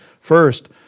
First